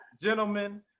gentlemen